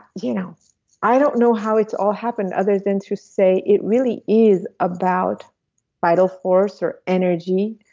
you know i don't know how it's all happened other than to say it really is about vital force or energy,